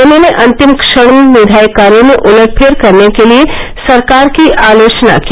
उन्होंने अंतिम क्षण में विधायी कार्यों में उलटफेर करने के लिए सरकार की आलोचना की